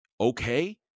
okay